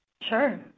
Sure